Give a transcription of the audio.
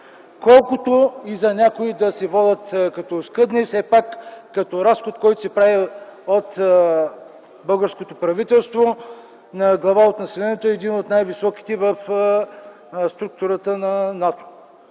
Колкото и за някои да се водят като оскъдни, все пак средствата като разход, който се прави от българското правителство на глава от населението, е един от най-високите в структурата на НАТО.